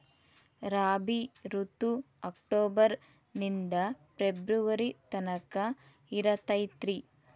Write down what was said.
ರಾಬಿ ಋತು ಅಕ್ಟೋಬರ್ ನಿಂದ ಫೆಬ್ರುವರಿ ತನಕ ಇರತೈತ್ರಿ